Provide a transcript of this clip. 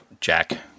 jack